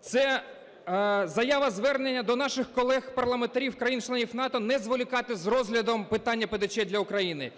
Це заява-звернення до наших колег-парламентарів країн-членів НАТО не зволікати з розглядом питання ПДЧ для України.